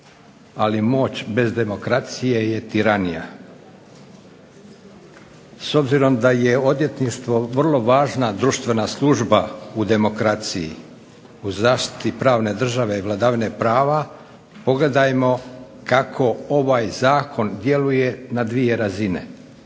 ali moć bez demokracije je tiranija. S obzirom da je odvjetništvo vrlo važna društvena služba u demokraciji, u zaštiti pravne države i vladavine prava pogledajmo kako ovaj zakon djeluje na 2 razine.